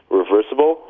reversible